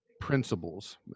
principles